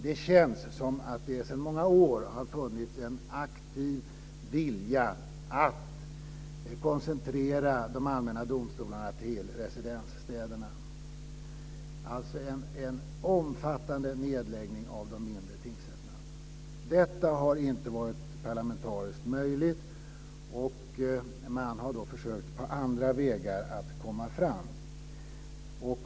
Det känns som om det sedan många år har funnits en aktiv vilja att koncentrera de allmänna domstolarna till residensstäderna, vilket skulle innebära en omfattande nedläggning av de mindre tingsrätterna. Detta har inte varit parlamentariskt möjligt, och man har då försökt att komma fram på andra vägar.